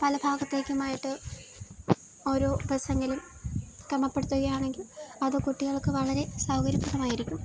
പല ഭാഗത്തേക്കുമായിട്ട് ഓരോ ബസെങ്കിലും ക്രമപ്പെടുത്തുകയാണെങ്കിൽ അത് കുട്ടികൾക്ക് വളരെ സൗകര്യപ്രദമായിരിക്കും